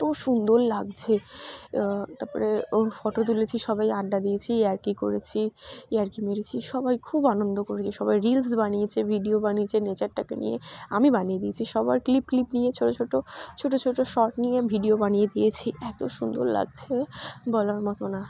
এত সুন্দর লাগছে তারপরে ও ফটো তুলেছি সবাই আড্ডা দিয়েছি ই আর কি করেছি ই আর কি মেরেছি সবাই খুব আনন্দ করেছে সবাই রিলস বানিয়েছে ভিডিও বানিয়েছে নেচারটাকে নিয়ে আমি বানিয়ে দিয়েছি সবার ক্লিপ ক্লিপ নিয়ে ছোটো ছোটো ছোটো ছোটো শট নিয়ে ভিডিও বানিয়ে দিয়েছি এত সুন্দর লাগছে বলার মতো না